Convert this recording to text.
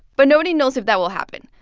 but nobody knows if that will happen.